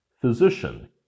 Physician